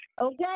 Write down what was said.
Okay